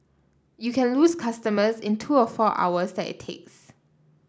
you can lose customers in the two or four hours that it takes